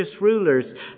rulers